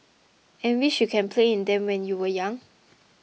and wish you can play in them when you were young